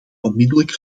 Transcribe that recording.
onmiddellijk